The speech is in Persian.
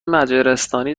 مجارستانی